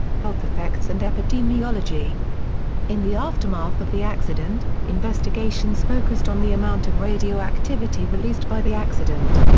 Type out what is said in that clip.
health effects and epidemiology in the aftermath of the accident, investigations focused on the amount of radioactivity released by the accident.